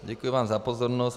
Děkuji vám za pozornost.